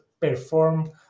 perform